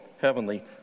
Heavenly